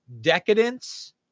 decadence